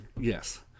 Yes